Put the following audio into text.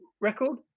record